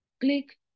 click